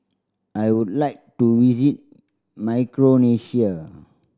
I would like to visit Micronesia